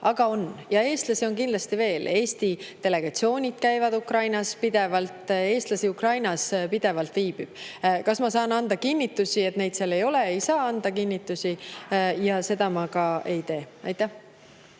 aga on, ja eestlasi on seal kindlasti veel. Eesti delegatsioonid käivad Ukrainas pidevalt, eestlasi viibib Ukrainas pidevalt. Kas ma saan anda kinnitusi, et neid seal ei ole? Ei saa anda kinnitusi. Ja seda ma ka ei tee. Aitäh!